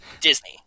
disney